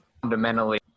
Fundamentally